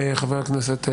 חבר הכנסת סגלוביץ',